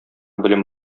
белем